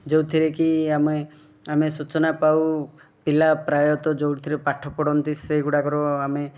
ଯେଉଁଥିରେ କି ଆମେ ଆମେ ସୂଚନା ପାଉ ପିଲା ପ୍ରାୟତଃ ଯେଉଁଥିରେ ପାଠ ପଢ଼ନ୍ତି ସେଇଗୁଡ଼ାକର ଆମେ